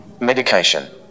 Medication